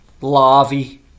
larvae